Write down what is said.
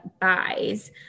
buys